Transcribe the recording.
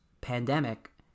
pandemic